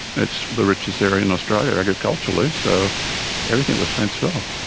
it's the richest area in australia agriculturally, so everything was fenced off.